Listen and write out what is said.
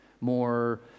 more